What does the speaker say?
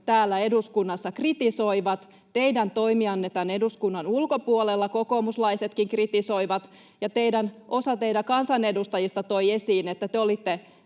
täällä eduskunnassa kritisoivat. Teidän toimianne tämän eduskunnan ulkopuolella kokoomuslaisetkin kritisoivat, ja osa teidän kansanedustajistanne toi esiin, että te olitte